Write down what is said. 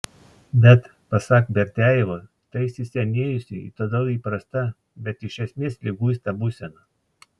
bet pasak berdiajevo tai įsisenėjusi ir todėl įprasta bet iš esmės liguista būsena